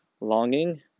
longing